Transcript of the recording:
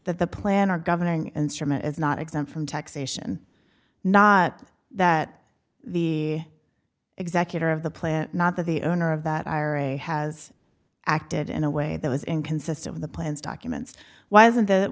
that the planner governing instrument is not exempt from taxation not that the executor of the plant not that the owner of that ira has acted in a way that was inconsistent in the plans documents why isn't